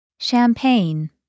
Champagne